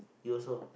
you also